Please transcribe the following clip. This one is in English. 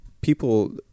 people